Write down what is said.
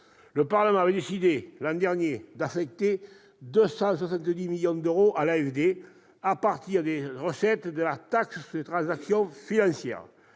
le Parlement a décidé, l'an dernier, d'affecter 270 millions d'euros à l'AFD à partir des recettes de la taxe sur les transactions financières.